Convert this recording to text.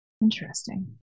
Interesting